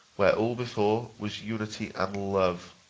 where all before was unity and love.